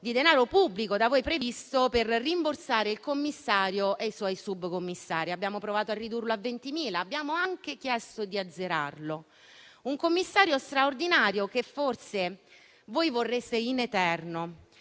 di denaro pubblico da voi previsto per rimborsare il commissario e i suoi subcommissari. Abbiamo provato a ridurlo a 20.000 e anche chiesto di azzerarlo. È un commissario straordinario che forse voi vorreste in eterno,